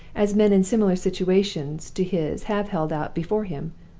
as men in similar situations to his have held out before him.